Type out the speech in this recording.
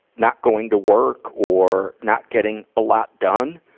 not going to work or not getting a lot done?